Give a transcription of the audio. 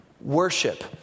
worship